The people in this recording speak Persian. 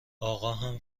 آقاهم